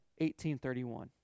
1831